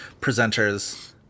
presenters